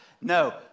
No